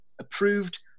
approved